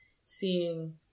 seeing